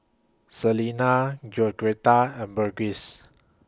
Selina Georgetta and Burgess